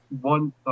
one